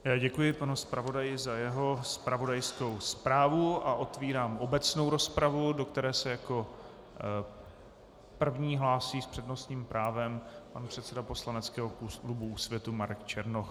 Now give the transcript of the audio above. Já děkuji panu zpravodaji za jeho zpravodajskou zprávu a otevírám obecnou rozpravu, do které se jako první hlásí s přednostním právem pan předseda poslaneckého klubu Úsvitu Marek Černoch.